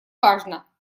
важно